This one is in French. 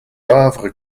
havre